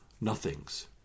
nothings